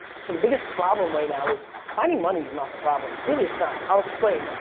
so the biggest problem right now is, finding money's not the problem, really, it's not, i'll explain.